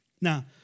Now